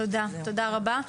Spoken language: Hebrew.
תודה רבה.